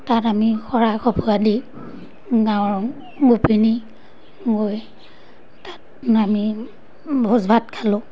তাত আমি শৰাই সঁফুৰা দি গাঁৱৰ গোপিনী গৈ তাত আমি ভোজ ভাত খালোঁ